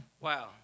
wow